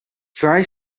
try